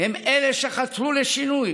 הם אלה שחתרו לשינוי